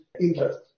interest